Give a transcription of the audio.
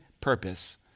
purpose